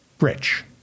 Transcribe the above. rich